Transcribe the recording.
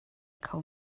kho